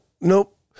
nope